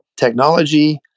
technology